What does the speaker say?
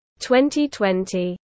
2020